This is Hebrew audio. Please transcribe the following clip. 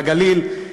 לגליל,